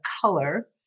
color